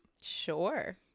Sure